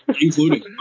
Including